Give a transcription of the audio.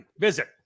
visit